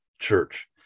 church